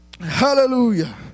Hallelujah